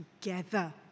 together